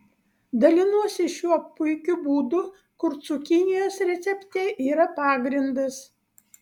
dalinuosi šiuo puikiu būdu kur cukinijos recepte yra pagrindas